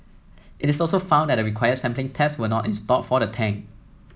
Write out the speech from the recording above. it also found that the required sampling taps were not installed for the tank